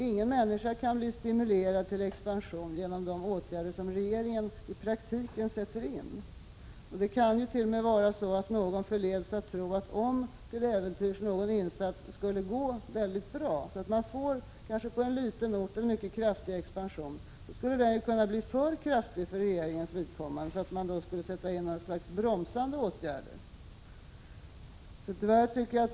Ingen människa kan bli stimulerad till expansion av de åtgärder som regeringen i praktiken sätter in. Det kant.o.m. vara så att någon förleds att tro att om till äventyrs någon insats skulle gå väldigt bra, så att man på en liten ort får en mycket kraftig expansion, skulle den kunna bli för kraftig för regeringens vidkommande och att regeringen då skulle sätta in något slags bromsande åtgärder.